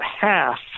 half